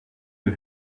you